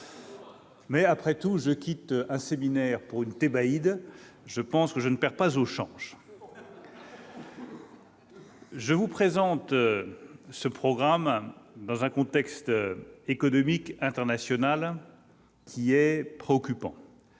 Après tout, en quittant un séminaire pour une thébaïde, je ne perds pas au change ! Je vous présente ce programme dans un contexte économique international préoccupant,